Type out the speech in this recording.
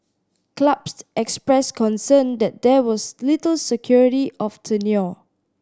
clubs expressed concern that there was little security of tenure